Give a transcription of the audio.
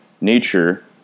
nature